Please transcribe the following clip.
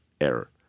error